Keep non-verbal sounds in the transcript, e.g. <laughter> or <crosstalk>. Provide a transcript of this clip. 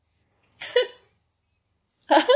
<laughs>